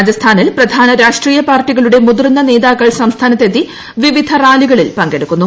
രാജസ്ഥാനിൽ പ്രധാന രാഷ്ട്രീയ പാർട്ടികളുടെ മുതിർന്ന നേതാക്കൾ സംസ്ഥാനത്തെത്തി വിവിധ റാലികളിൽ പങ്കെടുക്കുന്നു